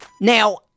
now